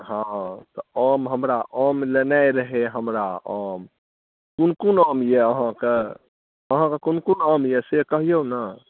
हँ तऽ आम हमरा आम लेनाइ रहै हमरा आम कोन कोन आम यऽ अहाँकऽ अहाँकऽ कोन कोन आम यऽ से कहिऔ ने